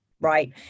right